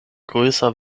größer